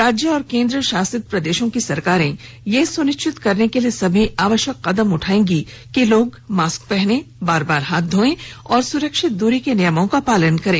राज्य और केंद्रशासित प्रदेशों की सरकारें यह सुनिश्चित करने के लिए सभी आवश्यक कदम उठाऐंगे कि लोग मास्क पहनें बार बार हाथ धोयें और सुरक्षित दूरी के नियमों का पालन करें